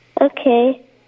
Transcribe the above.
Okay